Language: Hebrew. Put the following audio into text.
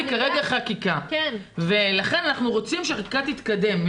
כרגע חקיקה ולכן אנחנו רוצים שהחקיקה תתקדם.